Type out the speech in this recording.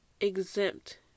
exempt